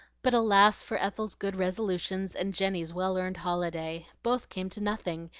but alas for ethel's good resolutions and jenny's well-earned holiday! both came to nothing,